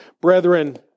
Brethren